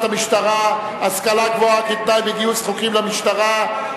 המשטרה (השכלה גבוהה כתנאי בגיוס חוקרים למשטרה),